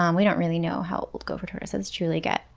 um we don't really know how old gopher tortoises truly get,